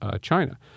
China